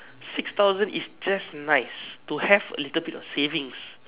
six thousand is just nice to have a little bit of savings